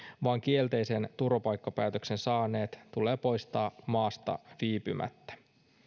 vaan kielteisen turvapaikkapäätöksen saaneet tulee poistaa maasta viipymättä